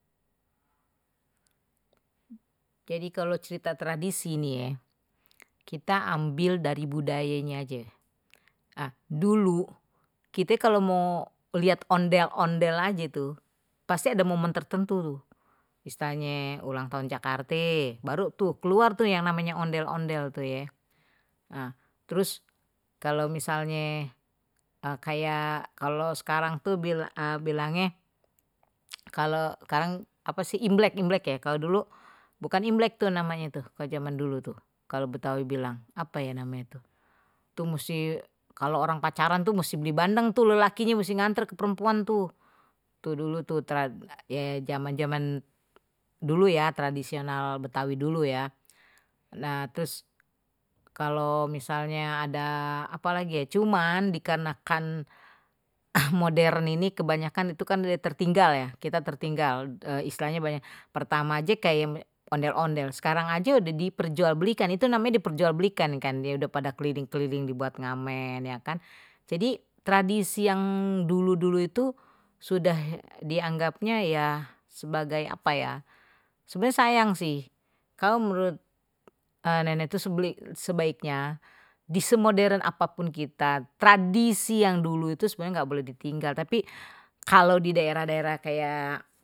Jadi kalo cerita tradisi nih ye kita ambil dari budayanya aje dulu kita kalau mau lihat ondel-ondel aje tu pasti ada momen tertentu misalnye ulang tahun jakarte baru tuh keluar tuh yang namanya ondel-ondel tuh ye terus kalau misalnye kayak kalau sekarang tuh bilangnya kalau sekarang apa sih imlek imlek ye kalau dulu bukan imlek tuh namanya itu kalau zaman dulu tuh kalau betawi bilang apa ya namanya itu mesti kalau orang pacaran tuh mesti beli bandeng tuh lelakinya masih ngantar ke perempuan tuh tuh dulu tuh zaman-zaman dulu ya tradisional betawi dulu ya nah terus kalau misalnya ada apa lagi ya cuman dikarenakan modern ini kebanyakan itu kan nilai tertinggal ya kita tertinggal istilahnye banyak pertama aje kayak ondel-ondel sekarang aja udah diperjualbelikan itu namanya diperjualbelikan kan ye udah pada keliling-keliling dibuat ngamen ya kan jadi tradisi yang dulu-dulu itu sudah dianggapnya ya sebagai apa ya sebenarnya sayang sih kalo menurut nenek tu sebaiknya di semua modern apapun kita tradisi yang dulu itu sebenarnya enggak boleh ditinggal tapi kalau di daerah-daerah kayak